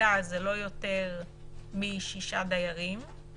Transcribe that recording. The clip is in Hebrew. לא יותר משישה דיירים.